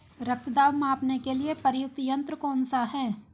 रक्त दाब मापने के लिए प्रयुक्त यंत्र कौन सा है?